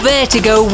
Vertigo